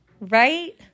Right